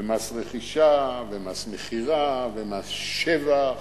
מס רכישה ומס מכירה ומס שבח,